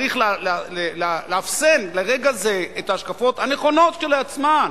צריך לאפסן לרגע זה את ההשקפות הנכונות כשלעצמן,